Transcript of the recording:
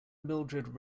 mildrid